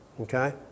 Okay